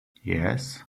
yes